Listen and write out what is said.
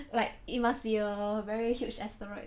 like it must be a very huge asteroid